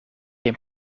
een